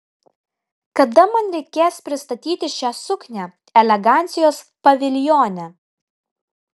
kada man reikės pristatyti šią suknią elegancijos paviljone